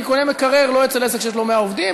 אני קונה מקרר לא אצל עסק שיש לו 100 עובדים,